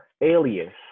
alias